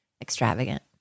Extravagant